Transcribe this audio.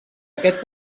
aquest